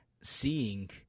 seeing